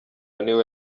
niwe